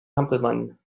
hampelmann